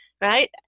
right